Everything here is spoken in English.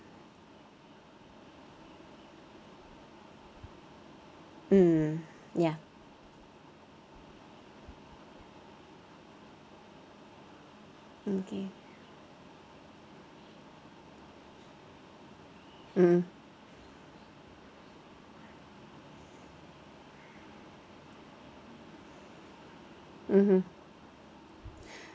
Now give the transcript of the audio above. mm ya okay mm mmhmm